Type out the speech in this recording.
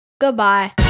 goodbye